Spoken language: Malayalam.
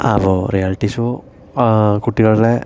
അപ്പോൾ റിയാലിറ്റി ഷോ കുട്ടികളെ